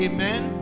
Amen